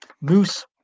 Moose